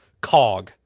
cog